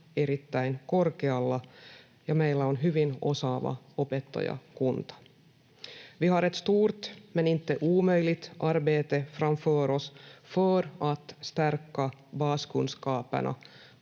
erittäin korkealla ja meillä on hyvin osaava opettajakunta. Vi har ett stort men inte omöjligt arbete framför oss för att stärka baskunskaperna